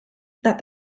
that